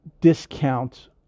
discount